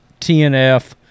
TNF